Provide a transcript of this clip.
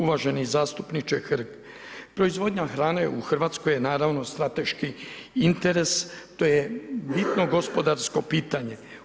Uvaženi zastupniče Hrg, proizvodnja hrane u Hrvatskoj je naravno strateški interes, to je bitno gospodarsko pitanje.